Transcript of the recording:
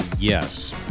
yes